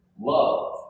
love